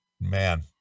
man